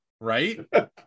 right